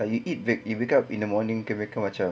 but you eat you wake up in the morning kira kan macam